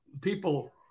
people